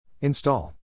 Install